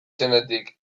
zenetik